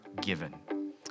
given